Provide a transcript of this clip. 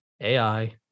AI